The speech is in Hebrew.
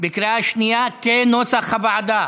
כנוסח הוועדה,